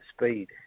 speed